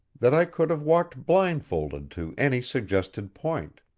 that i could have walked blindfolded to any suggested point.